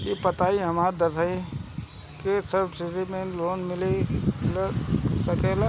ई बताई हमरा दसवीं के सेर्टफिकेट पर लोन मिल सकेला?